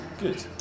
good